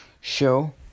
show